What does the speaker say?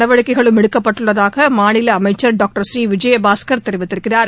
நடவடிக்கைகளும் எடுக்கப்பட்டுள்ளதாக மாநில அமைச்சர் டாக்டர் சி விஜயபாஸ்கள் தெரிவித்திருக்கிறார்